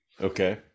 Okay